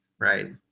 Right